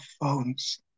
phones